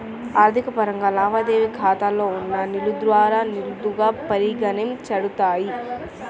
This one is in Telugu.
ఆర్థిక పరంగా, లావాదేవీ ఖాతాలో ఉన్న నిధులుద్రవ నిధులుగా పరిగణించబడతాయి